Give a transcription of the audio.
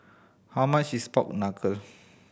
how much is pork knuckle